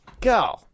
go